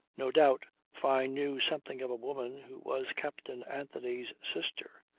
no doubt fyne knew something of a woman who was captain anthony's sister.